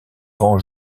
vent